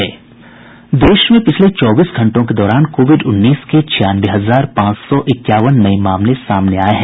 देश में पिछले चौबीस घंटों के दौरान कोविड उन्नीस के छियानवे हजार पांच सौ इक्यावन नये मामले सामने आये हैं